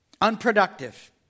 Unproductive